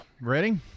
ready